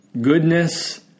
goodness